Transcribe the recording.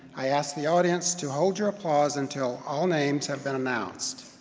i ask the audience to hold your applause until all names have been announced.